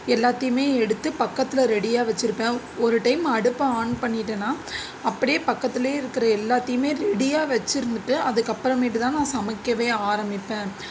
எல்லாத்தையுமே எடுத்து பக்கத்தில் ரெடியாக வச்சுருப்பேன் ஒரு டைம் அடுப்பை ஆன் பண்ணிட்டேனா அப்படியே பக்கத்தில் இருக்கிற எல்லாத்தையுமே ரெடியாக வச்சுருந்துட்டு அதுக்கப்புறமேட்டு தான் நான் சமைக்கவே ஆரமிப்பேன்